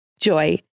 JOY